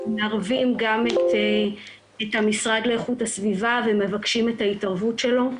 אנחנו מערבים גם את המשרד להגנת הסביבה ומבקשים את ההתערבות שלו.